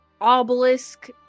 obelisk